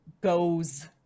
goes